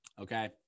okay